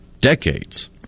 decades